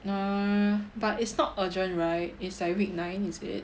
no but it's not urgent right is like week nine is it